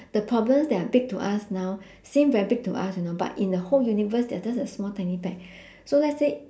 the problems that are big to us now seem very big to us you know but in the whole universe they are just a small tiny peck so let's say